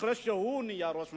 אחרי שהוא נהיה ראש ממשלה,